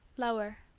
lower.